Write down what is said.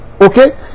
Okay